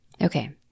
Okay